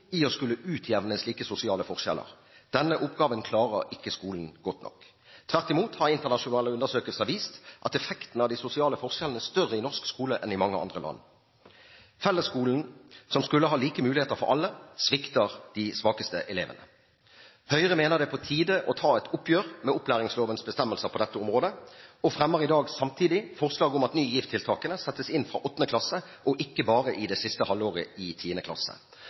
i å skulle utjevne slike sosiale forskjeller. Denne oppgaven klarer ikke skolen godt nok. Tvert imot har internasjonale undersøkelser vist at effekten av de sosiale forskjellene er større i norsk skole enn i skoler i mange andre land. Fellesskolen, som skulle gi like muligheter til alle, svikter de svakeste elevene. Høyre mener det er på tide å ta et oppgjør med opplæringslovens bestemmelser på dette området og fremmer i dag forslag om at Ny GIV-tiltakene settes inn fra 8. klasse, og ikke bare i det siste halvåret i 10. klasse.